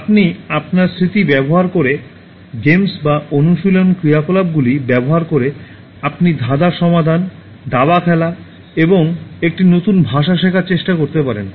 আপনি আপনার স্মৃতি ব্যবহার করে গেমস বা অনুশীলন ক্রিয়াকলাপগুলি ব্যবহার করে আপনি ধাঁধার সমাধান দাবা খেলা এবং একটি নতুন ভাষা শেখার চেষ্টা করতে পারেন